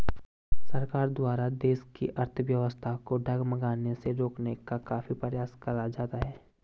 सरकार द्वारा देश की अर्थव्यवस्था को डगमगाने से रोकने का काफी प्रयास करा जाता है